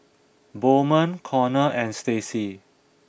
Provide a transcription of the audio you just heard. Bowman Conner and Stacey